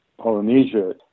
Polynesia